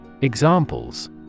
Examples